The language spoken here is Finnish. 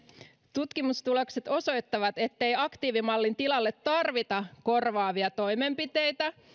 tutkimustulokset osoittavat ettei aktiivimallin tilalle tarvita korvaavia toimenpiteitä